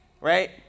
right